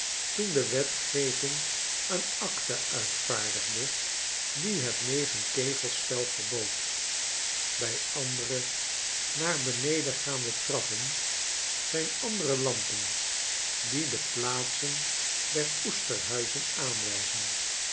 toen de wetgeving een akte uitvaardigde die het negen kegelspel verbood bij andere naar beneden gaande trappen zijn andere lampen die de plaatsen der oesterhuizen aanwijzen